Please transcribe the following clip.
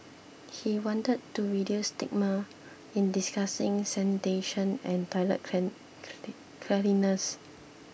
he wanted to reduce the stigma in discussing sanitation and toilet clean clean cleanliness